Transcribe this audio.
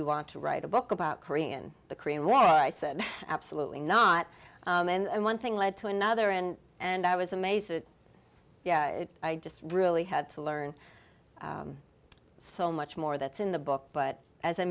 you want to write a book about korean the korean war i said absolutely not and one thing led to another and and i was amazed that i just really had to learn so much more that's in the book but as i